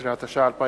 15), התש"ע 2010,